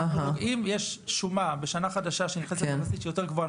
ואנחנו יודעים יש שומה בשנה חדשה שנכנסת --- יותר גבוהה,